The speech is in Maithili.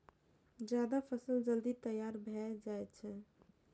जायद फसल जल्दी तैयार भए जाएत छैक